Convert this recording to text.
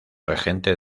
regente